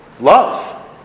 Love